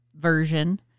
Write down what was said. version